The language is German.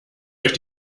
euch